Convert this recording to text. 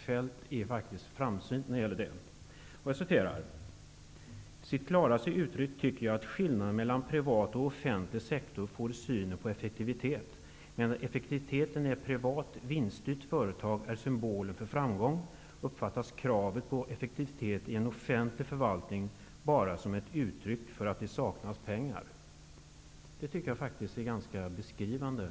Feldt är framsynt när det gäller detta: Sitt klaraste uttryck tycker jag att skillnaden mellan privat och offentlig sektor får i synen på effektivitet. Medan effektiviteten i ett privat, vinststyrt företag är symbolen för framgång, uppfattas kravet på effektivitet i en offentlig förvaltning bara som ett uttryck för att det saknas pengar. Det beskriver ganska bra